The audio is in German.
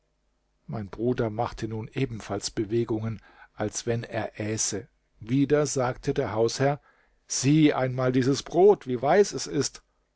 mein bruder machte nun ebenfalls bewegungen als wenn er äße wieder sagte der hausherr sieh einmal dieses brot wie weiß es ist